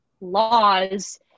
laws